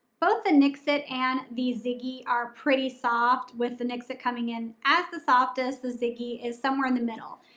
both the nixit and the ziggy are pretty soft with the nixit coming in as the softest, the ziggy is somewhere in the middle.